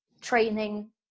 training